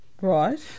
Right